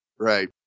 Right